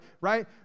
right